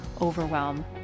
overwhelm